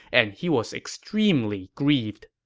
and he was extremely grieved.